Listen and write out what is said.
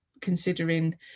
considering